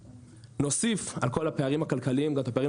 נוסיף על כל הפערים הכלכליים והפערים